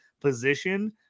position